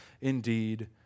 indeed